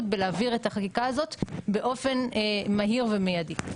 בהעברת החקיקה הזאת באופן מהיר ומיידי.